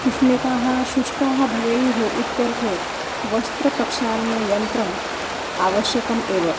उष्णिकाः शुष्काः भवेयुः इत्यर्थे वस्त्रप्रक्षालनयन्त्रम् आवश्यकम् एव